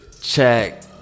check